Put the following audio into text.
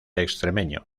extremeño